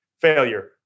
failure